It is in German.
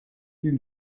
die